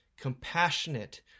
compassionate